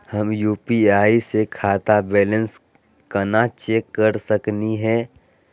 हम यू.पी.आई स खाता बैलेंस कना चेक कर सकनी हे?